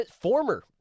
former